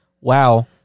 Wow